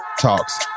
Talks